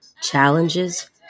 challenges